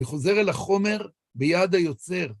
מחוזר אל החומר ביד היוצר.